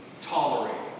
tolerating